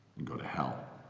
and go to hell!